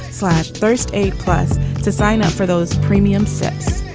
slash first aid plus to sign up for those premium six